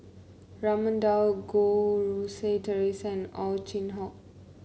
Raman Daud Goh Rui Si Theresa Ow Chin Hock